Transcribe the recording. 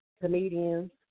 comedians